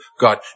God